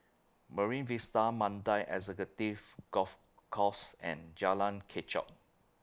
Marine Vista Mandai Executive Golf Course and Jalan Kechot